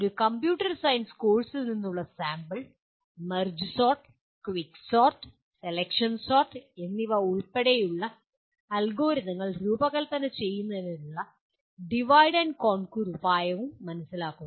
ഒരു computer science കോഴ്സിൽ നിന്നുള്ള sample merge sort quick sort selection sort എന്നിവ ഉൾപ്പെടെയുള്ള അൽഗോരിതങ്ങൾ രൂപകൽപ്പന ചെയ്യുന്നതിനുള്ള ഡിവൈഡ് ആൻഡ് കോൺക്വർ ഉപായവും മനസ്സിലാക്കുന്നു